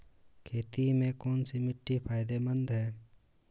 खेती में कौनसी मिट्टी फायदेमंद है?